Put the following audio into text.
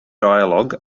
dialogue